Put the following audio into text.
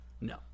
No